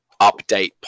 update